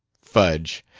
fudge!